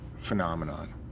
phenomenon